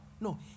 No